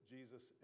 Jesus